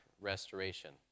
restoration